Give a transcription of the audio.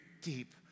deep